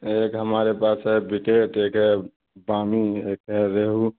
ایک ہمارے پاس ہے بکیٹ ایک ہے بام ایک ہے ریہو